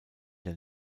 der